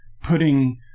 putting